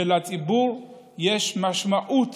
ולציבור יש משמעות